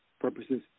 purposes